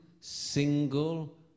single